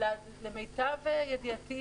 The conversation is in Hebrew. ולמיטב ידיעתי,